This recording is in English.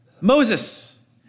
Moses